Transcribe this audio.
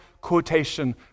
quotation